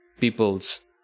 peoples